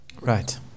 right